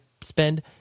spend